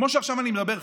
כמו שעכשיו אני מדבר.